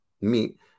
meet